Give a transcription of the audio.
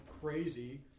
crazy